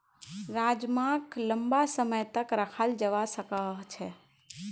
राजमाक लंबा समय तक रखाल जवा सकअ छे